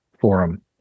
forum